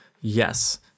yes